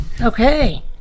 Okay